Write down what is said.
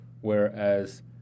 Whereas